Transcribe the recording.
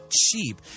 cheap